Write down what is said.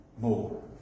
more